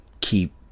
keep